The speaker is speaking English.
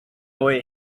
away